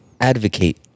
advocate